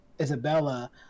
isabella